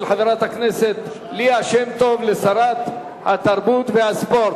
של חברת הכנסת ליה שמטוב לשרת התרבות והספורט,